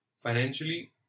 financially